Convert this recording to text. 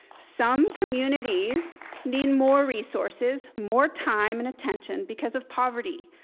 some communities need more resources, more time and attention, because of poverty,